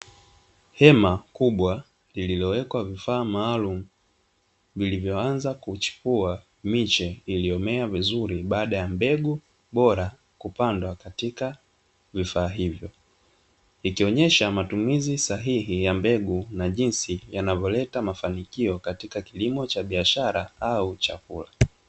Hema kubwa lililowekwa vifaa maalumu vilivyoanza kuchipua miche iliyomea vizuri baada ya mbegu bora kupandwa katika vifaa hivyo, ikionyesha matumizi sahihi ya mbegu na jinsi yanavyoleta mafanikio katika kilimo cha biashara au chakula.